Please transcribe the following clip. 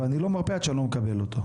ואני לא מרפה עד שאני לא מקבל אותו.